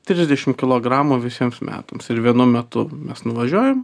trisdešimt kilogramų visiems metams ir vienu metu mes nuvažiuojam